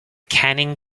canning